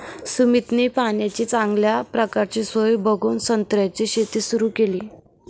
सुमितने पाण्याची चांगल्या प्रकारची सोय बघून संत्र्याची शेती सुरु केली